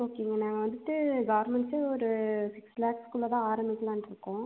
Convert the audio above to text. ஓகேங்க நான் வந்துட்டு கார்மெண்ட்ஸ் ஒரு சிக்ஸ் லேக்ஸ் குள்ளே தான் ஆரம்பிக்கலாம்னு இருக்கோம்